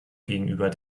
gegenüber